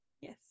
Yes